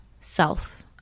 self